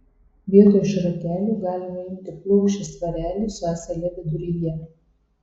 vietoj šratelių galima imti plokščią svarelį su ąsele viduryje